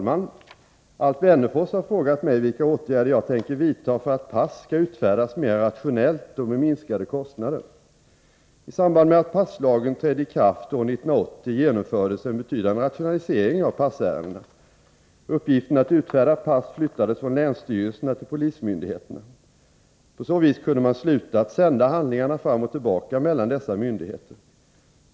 Fru talman! Alf Wennerfors har frågat mig vilka åtgärder jag tänker vidta för att pass skall utfärdas mera rationellt och med minskade kostnader. I samband med att passlagen trädde i kraft år 1980 genomfördes en betydande rationalisering av passärendena. Uppgiften att utfärda pass flyttades från länsstyrelserna till polismyndigheterna. På så vis kunde man sluta att sända handlingarna fram och tillbaka mellan dessa myndigheter.